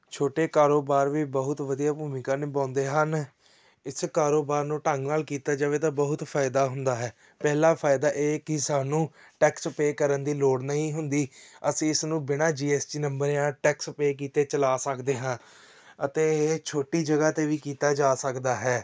ਛੋਟੇ ਕਾਰੋਬਾਰ ਵੀ ਬਹੁਤ ਵਧੀਆ ਭੂਮਿਕਾ ਨਿਭਾਉਂਦੇ ਹਨ ਇਸ ਕਾਰੋਬਾਰ ਨੂੰ ਢੰਗ ਨਾਲ ਕੀਤਾ ਜਾਵੇ ਤਾਂ ਬਹੁਤ ਫਾਇਦਾ ਹੁੰਦਾ ਹੈ ਪਹਿਲਾ ਫਾਇਦਾ ਇਹ ਕਿ ਸਾਨੂੰ ਟੈਕਸ ਪੇ ਕਰਨ ਦੀ ਲੋੜ ਨਹੀਂ ਹੁੰਦੀ ਅਸੀਂ ਇਸਨੂੰ ਬਿਨਾਂ ਜੀ ਐੱਸ ਟੀ ਨੰਬਰ ਜਾਂ ਟੈਕਸ ਪੇ ਕੀਤੇ ਚਲਾ ਸਕਦੇ ਹਾਂ ਅਤੇ ਇਹ ਛੋਟੀ ਜਗ੍ਹਾ 'ਤੇ ਵੀ ਕੀਤਾ ਜਾ ਸਕਦਾ ਹੈ